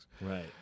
Right